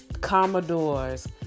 Commodores